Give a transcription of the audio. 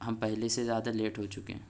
ہم پہلے سے زیادہ لیٹ ہو چکے ہیں